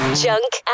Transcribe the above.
junk